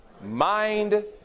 Mind